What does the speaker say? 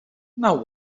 now